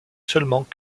seulement